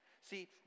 see